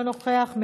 אינו נוכח,